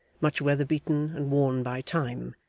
much weatherbeaten and worn by time,